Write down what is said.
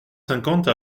cinquante